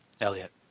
Elliot